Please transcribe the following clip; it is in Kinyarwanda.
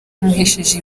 yamuhesheje